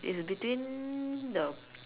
it's between the